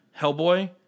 Hellboy